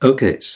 Okay